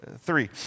Three